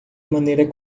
maneira